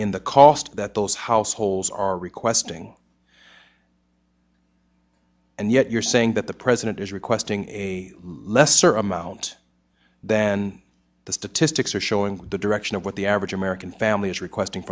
in the cost that those households are requesting and yet you're saying that the president is requesting a lesser amount than the statistics are showing the direction of what the average american family is requesting